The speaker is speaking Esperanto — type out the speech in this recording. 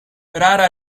rara